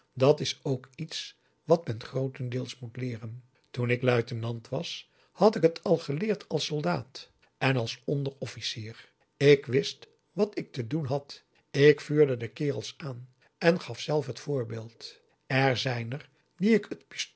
dat is ook iets wat men grootendeels moet leeren toen ik luitenant was had ik het al geleerd als soldaat en als onderofficier ik wist wat ik te doen had ik vuurde de kerels aan en gaf zelf het voorbeeld er zijn er die ik t